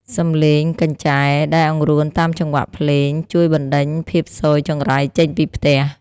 សំឡេងកញ្ឆែដែលអង្រួនតាមចង្វាក់ភ្លេង ជួយបណ្ដេញភាពស៊យចង្រៃចេញពីផ្ទះ។